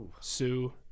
Sue